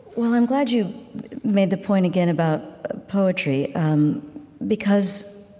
well, i'm glad you made the point again about poetry because